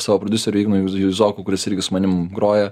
savo prodiuseriu ignu juz juzoku kuris irgi su manim groja